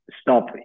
stop